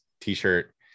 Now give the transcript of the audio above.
t-shirt